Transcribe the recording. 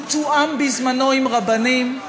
הוא תואם בזמנו עם רבנים,